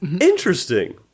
Interesting